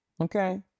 Okay